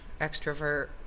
extrovert